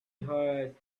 heard